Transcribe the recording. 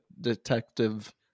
detective